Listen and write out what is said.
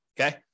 okay